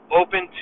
open